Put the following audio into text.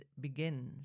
begins